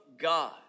God